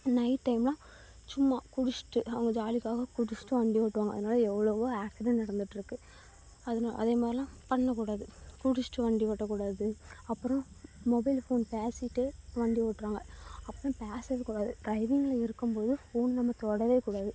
night time எல்லாம் சும்மா குடிச்சிவிட்டு அவங்க ஜாலிக்காக குடிச்சிவிட்டு வண்டி ஓட்டுவாங்க அதனால் எவ்ளவோ ஆக்ஸிடெண்ட் நடந்துட்டுருக்கு அதனா அதே மாதிரிலாம் பண்ணக்கூடாது குடிச்சிவிட்டு வண்டி ஓட்ட கூடாது அப்புறம் மொபைல் ஃபோன் பேசிகிட்டே வண்டி ஓட்டுறாங்க அப்படிலாம் பேசவே கூடாது ட்ரைவிங்கில் இருக்கும் போது ஃபோன் நம்ம தொடவே கூடாது